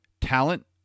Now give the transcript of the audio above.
talent